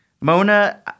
Mona